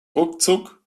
ruckzuck